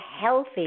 healthy